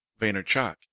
Vaynerchuk